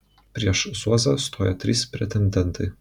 prieš zuozą stojo trys pretendentai